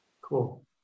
Cool